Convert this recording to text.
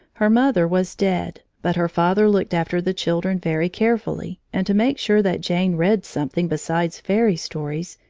her mother was dead, but her father looked after the children very carefully, and to make sure that jane read something besides fairy stories,